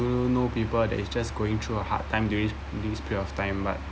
do know people that it's just going through a hard time during during this period of time but